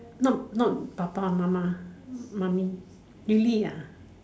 not not 爸爸:baba mama Mommy really ah